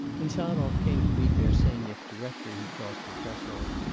insarov came to meet bersenyev directly he crossed the threshold,